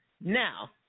Now